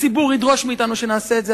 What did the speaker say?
הציבור ידרוש מאתנו שנעשה את זה.